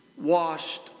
washed